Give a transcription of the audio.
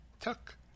tuck